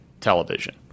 television